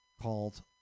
called